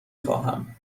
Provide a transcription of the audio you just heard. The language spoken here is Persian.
خواهم